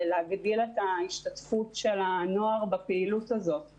שהגדלת ההשתתפות של הנוער בפעילות הזו צריך להיות יעד.